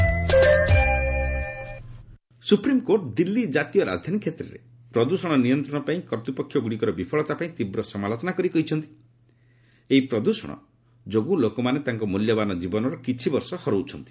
SC pollution supreme court Delhi ଜାତୀୟ ରାଜଧାନୀ କ୍ଷେତ୍ରରେ ପ୍ରଦୂଷଣ ନିୟନ୍ତ୍ରଣ ପାଇଁ କର୍ତ୍ତ୍ୱପକ୍ଷଗୁଡ଼ିକର ବିଫଳତା ପାଇଁ ତୀବ୍ର ସମାଲୋଚନା କରି କହିଛନ୍ତି ଏହି ପ୍ରଦୃଷଣ ଯୋଗୁଁ ଲୋକମାନେ ତାଙ୍କ ମୂଲ୍ୟବାନ ଜୀବନର କିଛି ବର୍ଷ ହରଉଛନ୍ତି